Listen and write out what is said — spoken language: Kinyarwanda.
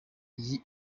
iyi